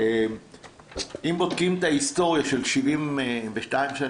אם בודקים את ההיסטוריה של 72 שנים,